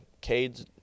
Cade's